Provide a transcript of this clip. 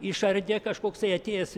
išardė kažkoksai atėjęs